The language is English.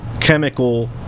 chemical